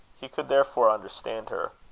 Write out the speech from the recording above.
he could therefore understand her.